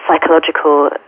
psychological